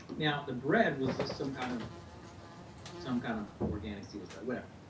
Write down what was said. now the bread was this some kind of some kind of organic seedless bread, whatever.